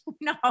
No